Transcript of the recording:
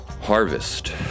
harvest